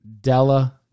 Della